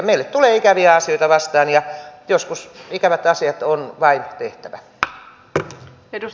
meille tulee ikäviä asioita vastaan ja joskus ikävät asiat vain on tehtävä